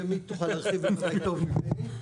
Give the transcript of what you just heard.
ימית תרחיב יותר טוב ממני.